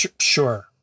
Sure